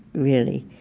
really,